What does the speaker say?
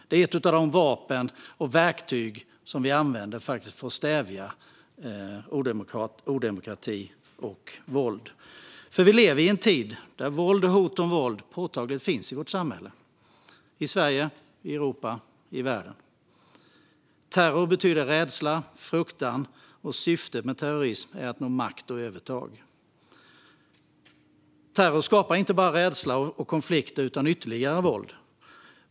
Det är ett av de vapen och verktyg som vi använder för att stävja odemokratiska rörelser och våld. Vi lever i en tid då våld och hot om våld påtagligt finns i vårt samhälle - i Sverige, Europa och världen. Terror betyder rädsla och fruktan, och syftet med terrorism är att nå makt och övertag. Terror skapar inte bara rädsla och konflikter utan även ytterligare våld.